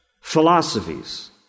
philosophies